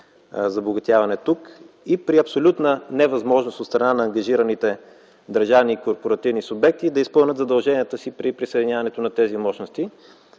забогатяване тук, и при абсолютна невъзможност от страна на ангажираните държавни и корпоративни субекти да изпълнят задълженията си при присъединяването на тези мощности.